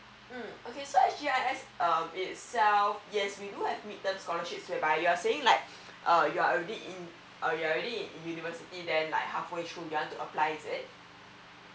mm okay so s g i s itself yes we do have midterm scholarships whereby you are saying like uh you are already in you are already in university then like halfway through you want to apply is it